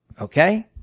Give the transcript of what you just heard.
okay?